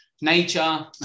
nature